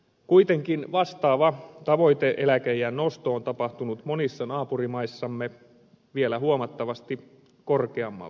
kuitenkin vastaava tavoite eläkeiän nostoon on tapahtunut monissa naapurimaissamme vielä huomattavasti korkeammalle